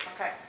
Okay